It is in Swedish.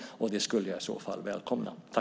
Det skulle jag välkomna.